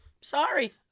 Sorry